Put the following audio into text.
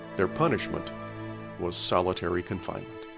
their punishment was solitary confinement.